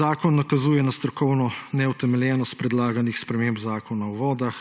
»Zakon nakazuje na strokovno neutemeljenost predlaganih sprememb Zakona o vodah,